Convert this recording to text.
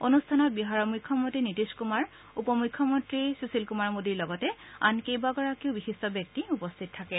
অনুষ্ঠানত বিহাৰৰ মুখ্যমন্তী নীতিশ কুমাৰ উপমুখ্যমন্তী সুশীল কুমাৰ মোদীৰ লগতে আন কেইবাগৰাকীও বিশিষ্ট ব্যক্তি উপস্থিত থাকে